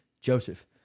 Joseph